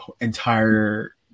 entire